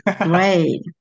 Great